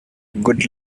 good